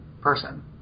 person